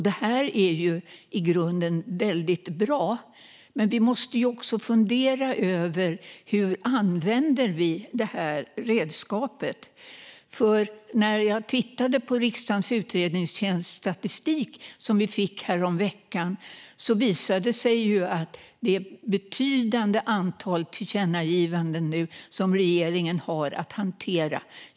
Det här är ju i grunden väldigt bra, men vi måste fundera över hur vi använder detta redskap. När jag tittade på riksdagens utredningstjänsts statistik, som vi fick häromveckan, såg jag att det är ett betydande antal tillkännagivanden som regeringen nu har att hantera.